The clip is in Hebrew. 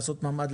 לעשות ממ"ד,